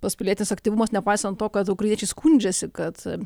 tas pilietinis aktyvumas nepaisant to kad ukrainiečiai skundžiasi kad